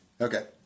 Okay